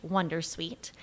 Wondersuite